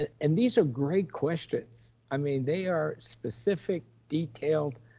and these are great questions. i mean, they are specific, detailed,